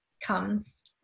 comes